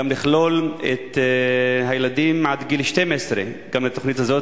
לכלול גם את הילדים עד גיל 12 בתוכנית הזאת.